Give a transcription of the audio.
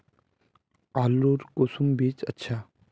आलूर कुंसम बीज अच्छा?